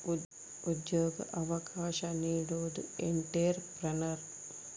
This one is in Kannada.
ಉದ್ಯೋಗ ಅವಕಾಶ ನೀಡೋದು ಎಂಟ್ರೆಪ್ರನರ್